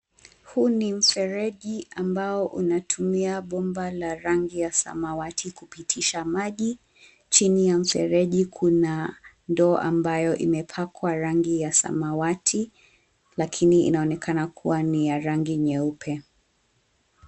Huu ni mfereji ambao unatumia bomba la rangi ya samawati kupitisha maji. Chini ya mfereji kuna ndoo ambayo imepakwa rangi ya samawati, lakini inaonekana kuwa ni ya rangi nyeupe.